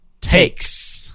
takes